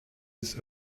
his